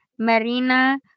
marina